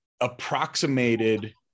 approximated